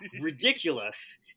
Ridiculous